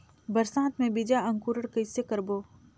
बरसात मे बीजा अंकुरण कइसे करबो?